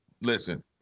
listen